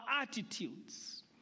attitudes